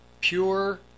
pure